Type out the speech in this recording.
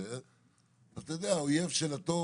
אז האויב של הטוב,